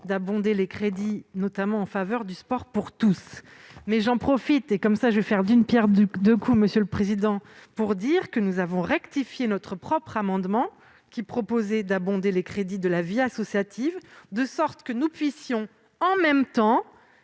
d'abonder les crédits en faveur du sport pour tous. J'en profite- je ferai ainsi d'une pierre deux coups, monsieur le président -pour dire que nous avons rectifié notre amendement qui visait à abonder les crédits de la vie associative, de sorte que nous puissions en même temps